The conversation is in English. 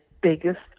biggest